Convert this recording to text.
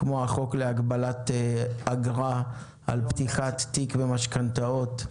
כמו החוק להגבלת אגרה על פתיחת תיק במשכנתאות,